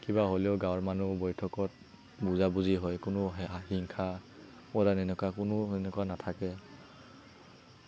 কিবা হ'লেও গাওঁৰ মানুহ বৈঠকত বুজা বুজি হয় কোনো হা হিংসা কৰা কোনো সেনেকুৱা নেথাকে